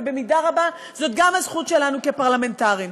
ובמידה רבה זאת גם הזכות שלנו כפרלמנטרים.